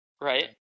right